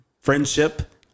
friendship